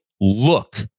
look